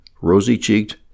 rosy-cheeked